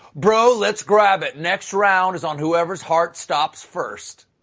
bro, let's grab it, next round is on whoever's heart stops first.